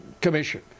commission